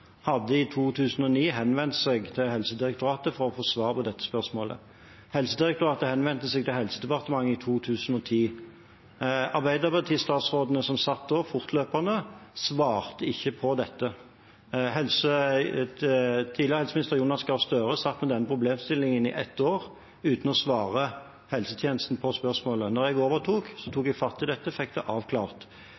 i 2009 til Helsedirektoratet for å få svar på spørsmålet. Helsedirektoratet henvendte seg til Helsedepartementet i 2010. Arbeiderparti-statsrådene som satt da, fortløpende, svarte ikke på dette. Tidligere helseminister Jonas Gahr Støre satt med denne problemstillingen i et år uten å svare helsetjenesten på spørsmålet. Da jeg overtok, tok